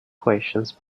questions